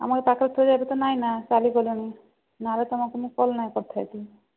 ଆମର ପାଖରେ ଥିଲେ ଏବେ ତ ନାହିଁ ନା ଚାଲିଗଲେଣି ନହେଲେ ତୁମକୁ ମୁଁ କଲ୍ କରିନଥାନ୍ତି